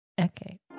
Okay